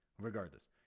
regardless